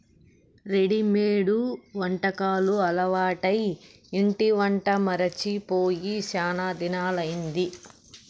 readymade వంటకాలు అలవాటై ఇంటి వంట మరచి పోయి శానా దినాలయ్యింది